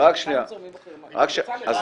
גם זרמים אחרים --- רק שנייה,